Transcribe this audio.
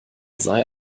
sei